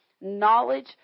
knowledge